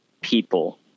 people